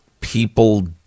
people